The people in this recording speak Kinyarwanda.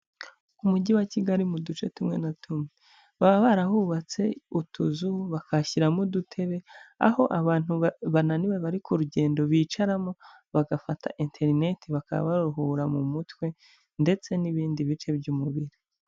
Umujyi wa kigali mu duce tumwe na tumwe, baba barahubatse utuzu, bakayishyiramo udutebe, aho abantu bananiwe bari ku rugendo, bicaramo bagafata interinete, bakaba baruhura mu mutwe ndetse n'ibindi bice by'umubiri.